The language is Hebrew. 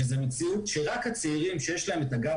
וזו מציאות שרק הצעירים שיש להם את הגב